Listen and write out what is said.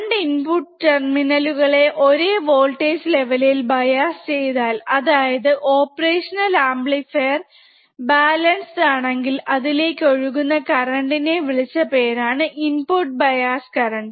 2 input ടെർമിനൽകളെ ഒരേ voltage ലെവലിൽ ബയാസ് ചെയ്താൽ അതായത് ഓപ്പറേഷണൽ അമ്പ്ലിഫീർ ബാലൻസ്ഡ് ആണെങ്കിൽ അതിലേക് ഒഴുകുന്ന കരണ്ടിനെ വിളിച്ച പേരാണ് ഇൻപുട് ബയാസ് കറന്റ്